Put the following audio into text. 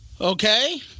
okay